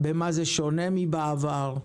במה זה שונה מאשר בעבר?